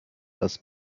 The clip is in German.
das